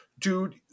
Dude